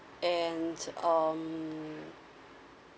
and um